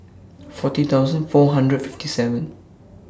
forty thousand four hundred fifty seven